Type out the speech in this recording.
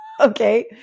Okay